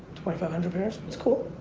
five hundred pairs? it's cool.